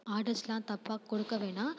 ஆர்டர்ஸெலாம் தப்பாக கொடுக்க வேண்ணாம்